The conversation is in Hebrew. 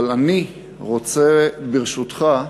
אבל אני רוצה, ברשותך,